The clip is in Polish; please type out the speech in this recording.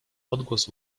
odgłos